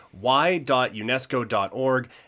y.unesco.org